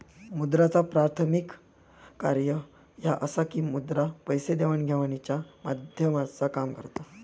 मुद्राचा प्राथमिक कार्य ह्या असा की मुद्रा पैसे देवाण घेवाणीच्या माध्यमाचा काम करता